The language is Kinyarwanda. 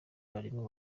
abarimu